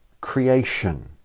creation